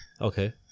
Okay